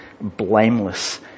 blameless